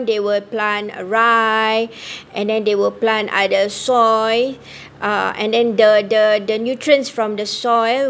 they will plant rice and then they will plant other soy uh and then the the nutrient from the soy